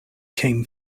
came